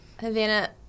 Havana